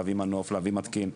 מתקין.